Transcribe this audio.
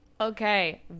Okay